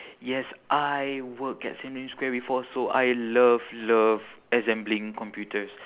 yes I work at sim lim square before so I love love assembling computers